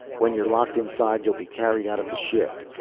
when you're locked inside you'll be carried out of the ship.